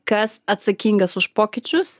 kas atsakingas už pokyčius